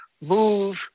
move